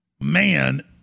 man